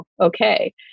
okay